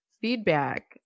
feedback